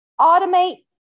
automate